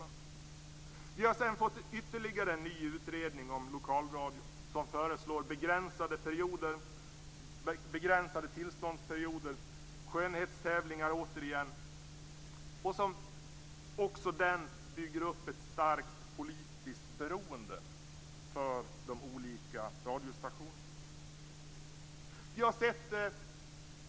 Sedan har vi fått ytterligare en ny utredning om lokalradion som föreslår begränsade tillståndsperioder, återigen skönhetstävlingar, och som också den bygger upp ett starkt politisk beroende för de olika radiostationerna.